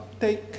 take